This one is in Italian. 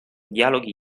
dialoghi